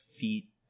feet